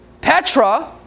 Petra